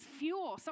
fuel